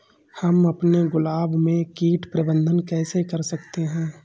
हम अपने गुलाब में कीट प्रबंधन कैसे कर सकते है?